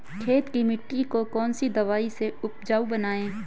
खेत की मिटी को कौन सी दवाई से उपजाऊ बनायें?